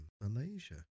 Malaysia